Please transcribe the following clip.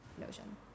notion